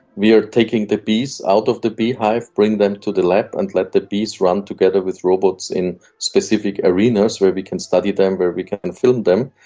we are taking the bees out of the beehive, bring them to the lab and let the bees run together with robots in specific arenas where we can study them, where we can and film them.